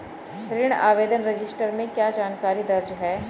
ऋण आवेदन रजिस्टर में क्या जानकारी दर्ज है?